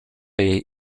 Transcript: jej